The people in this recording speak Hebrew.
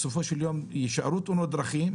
בסופו של יום יישארו תאונות דרכים,